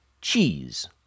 cheese